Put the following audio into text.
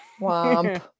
Womp